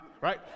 right